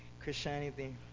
Christianity